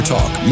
Talk